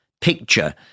picture